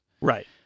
Right